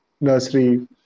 nursery